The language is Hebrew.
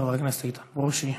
חבר הכנסת איתן ברושי.